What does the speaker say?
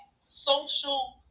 social